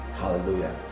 Hallelujah